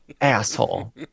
asshole